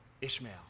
Ishmael